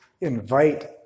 invite